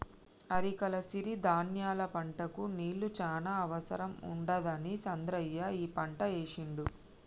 అరికల సిరి ధాన్యాల పంటకు నీళ్లు చాన అవసరం ఉండదని చంద్రయ్య ఈ పంట ఏశిండు